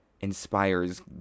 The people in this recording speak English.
inspires